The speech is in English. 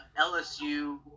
LSU